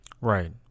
Right